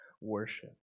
worship